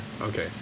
Okay